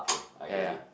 ya ya